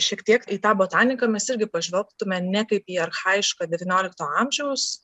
šiek tiek į tą botaniką mes irgi pažvelgtume ne kaip į archajišką devyniolikto amžiaus